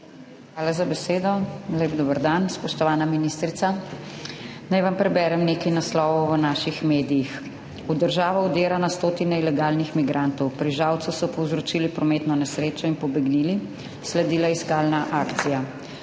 Hvala za besedo. Lep dober dan! Spoštovana ministrica, naj vam preberem nekaj naslovov iz naših medijev: »V državo vdira na stotine ilegalnih migrantov, pri Žalcu povzročili prometno nesrečo in pobegnili – sledila je iskalna akcija!